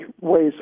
ways